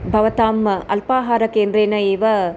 भवताम् अल्पाहारकेन्द्रेण एव